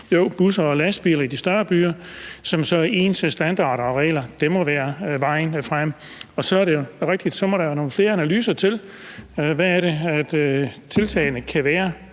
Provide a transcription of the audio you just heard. også for lastbiler i de større byer, som så har ens standarder og regler. Det må være vejen frem. Så er det rigtigt, at så må der nogle flere analyser til af, hvad tiltagene kan være,